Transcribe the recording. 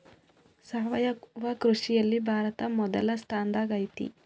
ಸಾವಯವ ಕೃಷಿಯಲ್ಲಿ ಭಾರತ ಮೊದಲ ಸ್ಥಾನದಾಗ್ ಐತಿ